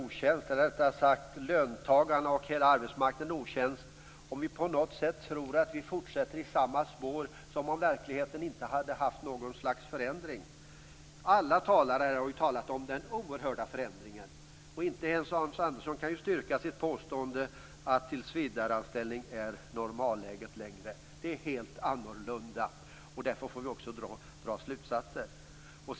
Jag tror att vi gör löntagarna och hela arbetsmarknaden en otjänst om vi tror att vi skall fortsätta i samma spår, som om verkligheten inte hade förändrats. Alla talare har talat om den oerhörda förändringen. Inte ens Hans Andersson kan styrka sitt påstående att tillsvidareanställning är normalläget längre. Det är helt annorlunda. Det får vi dra slutsatser av.